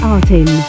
Artin